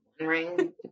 ring